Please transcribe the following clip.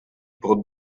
pour